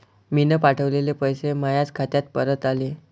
मीन पावठवलेले पैसे मायाच खात्यात परत आले